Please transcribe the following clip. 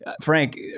Frank